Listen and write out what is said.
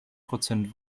prozent